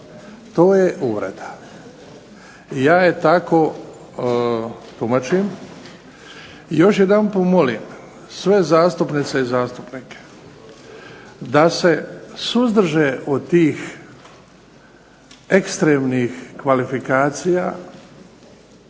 to je uvreda i ja je tako tumačim. I još jedanput molim sve zastupnice i zastupnike da se suzdrže od tih ekstremnih kvalifikacija.